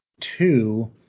two